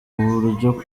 buryo